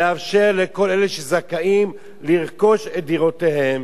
לאפשר לכל אלה שזכאים לרכוש את דירותיהם